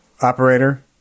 operator